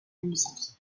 musique